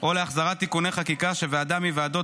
או להחזרת תיקוני חקיקה שוועדה מוועדות